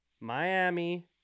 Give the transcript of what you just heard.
Miami